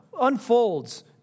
unfolds